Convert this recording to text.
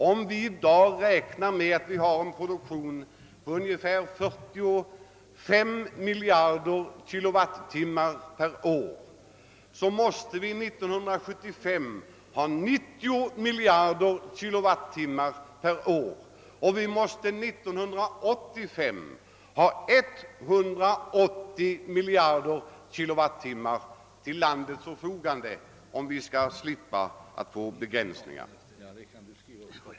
Om vi räknar med att vi 1965 hade en produktion av ungefär 45 miljarder kWh år och 1985 180 miljarder kWh/år till förfogande, om vi skall slippa begränsningar.